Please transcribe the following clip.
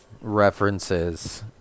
references